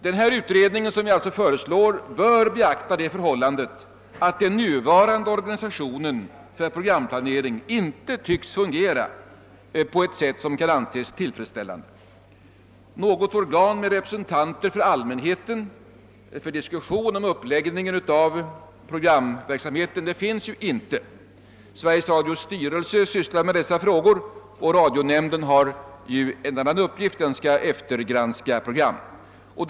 Den utredning som vi föreslår bör beakta det förhållandet, att den nuvarande organisationen för programplanering inte tycks fungera på ett sätt som kan anses tillfredsställande. Något organ med representanter för allmänheten för diskussion om uppläggning av programverksamheten finns inte nu. Sveriges Radios styrelse sysslar med dessa frågor och radionämnden har en annan uppgift, nämligen eftergranskning av programmen.